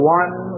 one